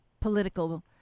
political